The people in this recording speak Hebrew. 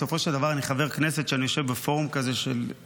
בסופו של דבר אני חבר כנסת שיושב בפורום של לוחמים.